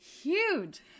huge